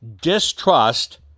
distrust